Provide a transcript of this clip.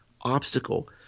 obstacle